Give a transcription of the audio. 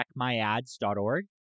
checkmyads.org